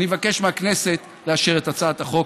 אני מבקש מהכנסת לאשר את הצעת החוק.